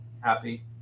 happy